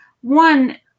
One